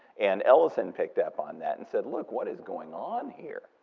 and ellison picked up on that and said, look, what is going on here?